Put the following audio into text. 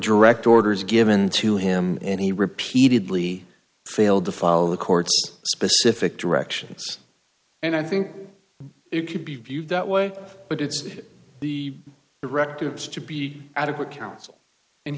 direct orders given to him and he repeatedly failed to follow the court's specific directions and i think it could be viewed that way but it's the directives to be adequate counsel and